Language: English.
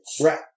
Right